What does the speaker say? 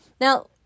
Now